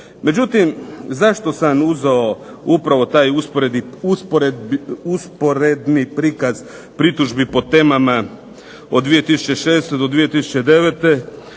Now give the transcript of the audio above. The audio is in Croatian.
Međutim, zašto sam uzeo upravo taj usporedni prikaz pritužbi po temama od 2006. do 2009.,